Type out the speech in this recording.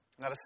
Now